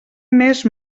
més